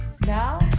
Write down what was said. Now